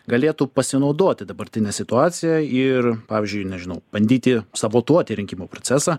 galėtų pasinaudoti dabartine situacija ir pavyzdžiui nežinau bandyti sabotuoti rinkimų procesą